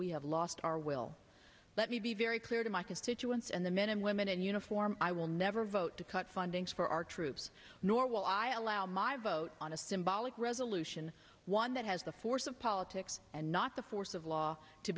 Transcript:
we have lost our will let me be very clear to my constituents and the men and women in uniform i will never vote to cut funding for our troops nor will i allow my vote on a symbolic resolution one that has the force of politics and not the force of law to